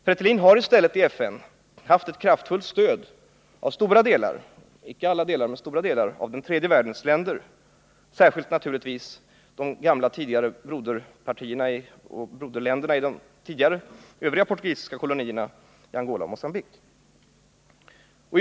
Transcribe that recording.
Fretilin har i stället i FN haft ett kraftigt stöd icke av alla delar men av stora delar av den tredje världens länder, särskilt naturligtvis av de gamla tidigare broderländerna bland de portugisiska kolonierna — Angola och Mogambique.